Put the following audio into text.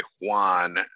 Juan